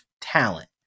talent